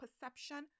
perception